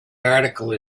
article